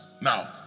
Now